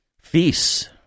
feasts